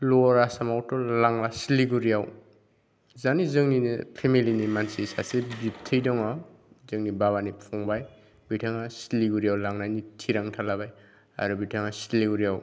lower आसामवाथ' लांला सिलिगुरियाव जाने जोंनिनो फेमिलिनि मानसि सासे बिबथै दङ जोंनि बाबानि फंबाय बिथाङा सिलिगुरियाव लांनायनि थिरांथा लाबाय आरो बिथाङा सिलिगुरियाव